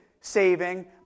saving